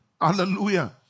Hallelujah